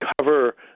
cover